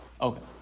Okay